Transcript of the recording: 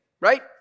right